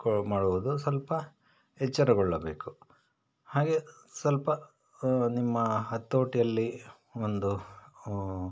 ಕು ಮಾಡುವುದು ಸ್ವಲ್ಪ ಎಚ್ಚರಗೊಳ್ಳಬೇಕು ಹಾಗೇ ಸ್ವಲ್ಪ ನಿಮ್ಮ ಹತೋಟಿಯಲ್ಲಿ ಒಂದು